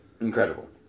Incredible